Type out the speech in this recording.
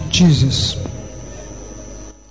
Jesus